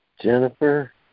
Jennifer